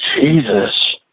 Jesus